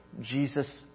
Jesus